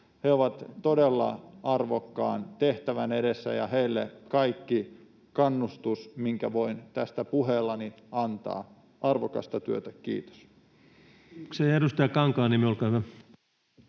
He ovat todella arvokkaan tehtävän edessä, ja heille kaikki kannustus, minkä voin tästä puheellani antaa — arvokasta työtä. — Kiitos.